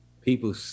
people